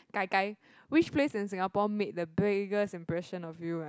gai gai which place in Singapore made the biggest impression of you